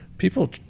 people